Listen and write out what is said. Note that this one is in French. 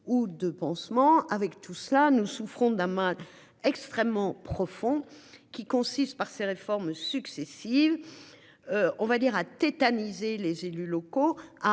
ou de pansement avec tout cela, nous souffrons d'un mal extrêmement profond qui consiste par ses réformes successives. On va dire à. Les élus locaux